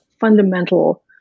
fundamental